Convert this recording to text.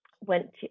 went